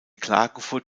klagenfurt